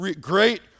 great